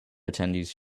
attendees